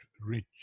rich